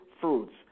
fruits